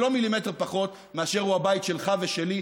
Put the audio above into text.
לא מילימטר פחות, מאשר הוא הבית שלך ושלי.